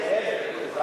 אלה שצורכים דלק,